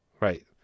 Right